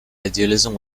idealism